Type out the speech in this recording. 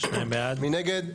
הצבעה בעד, 2 נגד,